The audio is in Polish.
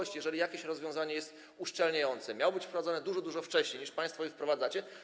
Jeżeli jakieś rozwiązanie jest uszczelniające, mogło być wprowadzone dużo, dużo wcześniej, niż państwo je wprowadzacie.